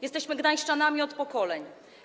Jesteśmy gdańszczanami od pokoleń.